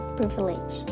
privilege